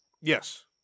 yes